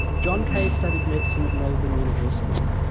john cade studied medicine at melbourne university.